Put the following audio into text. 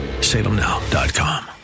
Salemnow.com